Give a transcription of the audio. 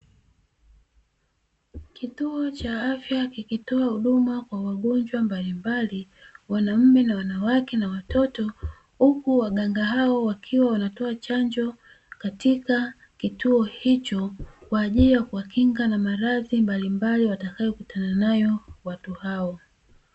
Kituo cha afya kinatoa huduma kwa wagonjwa mbalimbali, wanaume, wanawake na watoto huku waganga hao, wakiwa wanatoa chanjo katika kituo hicho kwaajili ya kuwakinga na maradhi mbalimbali wanayo kutana nayo wagonjwa hao.